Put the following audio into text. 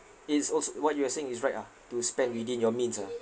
it's also what you are saying is right ah to spend within your means ah